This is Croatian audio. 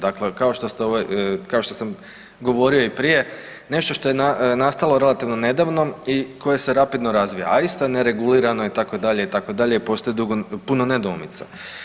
Dakle, kao što sam govorio i prije, nešto što je nastalo relativno nedavno i koje se rapidno razvija, a isto je neregulirano itd. itd. i postoji puno nedoumica.